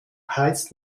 heizt